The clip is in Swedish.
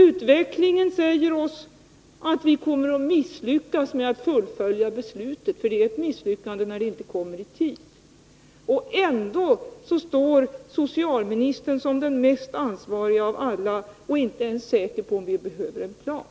Utvecklingen visar att vi kommer att misslyckas — för det är ett misslyckande när utbyggnaden inte skeritid. Och ändå är socialministern, som är den mest ansvariga av alla, inte ens säker på om vi behöver en plan.